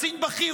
קצין בכיר,